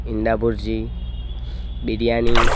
ઈંડા ભૂરજી બિરયાની